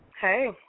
Hey